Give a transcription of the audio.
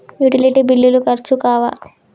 Utility బిల్లులు ఖర్చు కావా?